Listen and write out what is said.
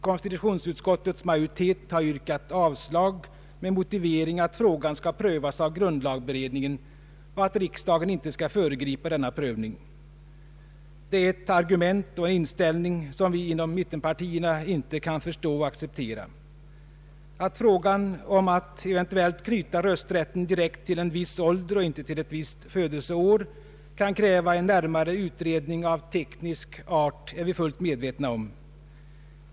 Konstitutionsutskottets majoritet har yrkat avslag med motivering att frågan skall prövas av grundlagberedningen och att riksdagen inte skall föregripa denna prövning. Detta är ett argument och en inställning som vi inom mittenpartierna inte kan förstå och acceptera. Att frågan om att eventuellt knyta rösträtten direkt till en viss ålder och inte till ett visst födelseår kan kräva en närmare utredning av teknisk art är vi fullt medvetna om.